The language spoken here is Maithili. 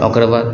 आओर ओकरबाद